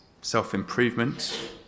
self-improvement